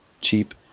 Cheap